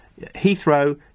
Heathrow